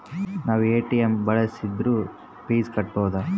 ನಾವ್ ಎ.ಟಿ.ಎಂ ಬಳ್ಸಿದ್ರು ಫೀ ಕಟ್ಬೇಕು